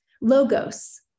logos